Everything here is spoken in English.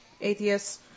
atheists